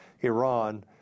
Iran